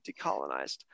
decolonized